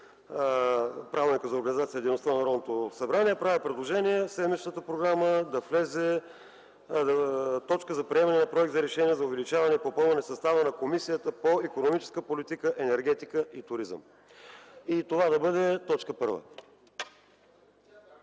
Правилника за организацията и дейността на Народното събрание правя предложение в седмичната програма да влезе точка за приемане на Проект за решение за увеличаване и попълване състава на Комисията по икономическа политика, енергетика и туризъм. И това да бъде т. 1.